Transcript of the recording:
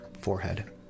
forehead